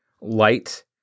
light